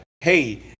hey